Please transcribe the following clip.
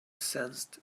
sensed